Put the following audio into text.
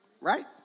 right